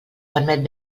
permet